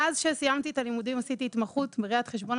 מאז שסיימתי את הלימודים עשיתי התמחות בראיית חשבון,